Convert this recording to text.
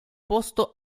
posto